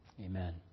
Amen